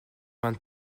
vingt